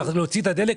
להוציא את הדלק?